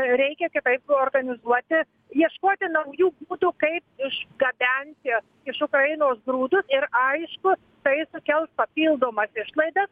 reikia kitaip organizuoti ieškoti naujų būtų kaip išgabenti iš ukrainos grūdus ir aišku tai sukels papildomas išlaidas